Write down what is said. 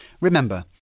Remember